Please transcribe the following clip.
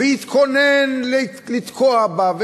והתכונן לתקוע בה,